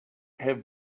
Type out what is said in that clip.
have